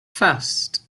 fast